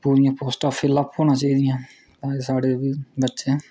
पूरियां पोस्टां फिलअप होनी चाहिदियां होर साढ़े बी बच्चे